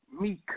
meek